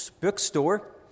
bookstore